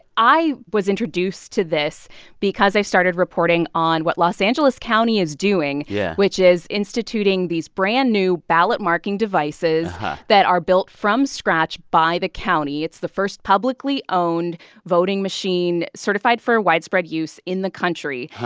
i was introduced to this because i've started reporting on what los angeles county is doing. yeah. which is instituting these brand-new ballot-marking devices that are built from scratch by the county. it's the first publicly owned voting machine certified for widespread use in the country.